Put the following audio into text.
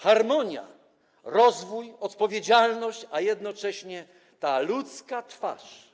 Harmonia, rozwój, odpowiedzialność, ale jednocześnie ta ludzka twarz.